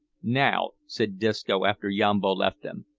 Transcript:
now, said disco, after yambo left them,